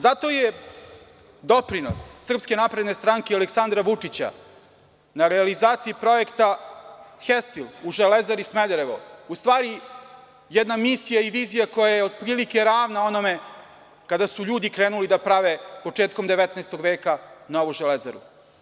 Zato je doprinos SNS i Aleksandra Vučića na realizaciji projekta „Hestil“ u Železari Smederevo u stvari jedna misija i vizija koja je otprilike ravna onome kada su ljudi krenuli da prave početkom 19. veka novu železaru.